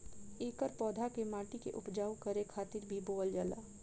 एकर पौधा के माटी के उपजाऊ करे खातिर भी बोअल जाला